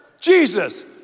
Jesus